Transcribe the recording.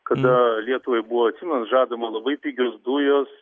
kada lietuvai buvo atsimenat žadama labai pigios dujos